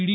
D